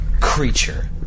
creature